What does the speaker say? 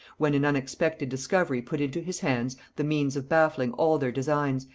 when an unexpected discovery put into his hands the means of baffling all their designs,